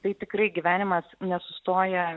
tai tikrai gyvenimas nesustoja